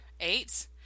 Eight